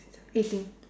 eighteen